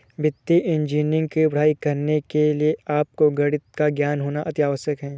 वित्तीय इंजीनियरिंग की पढ़ाई करने के लिए आपको गणित का ज्ञान होना अति आवश्यक है